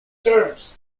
terms